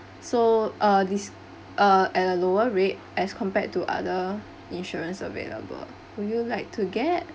so uh this uh at a lower rate as compared to other insurance available would you like to get